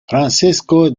francesco